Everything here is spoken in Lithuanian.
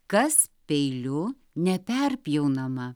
kas peiliu neperpjaunama